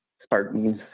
Spartans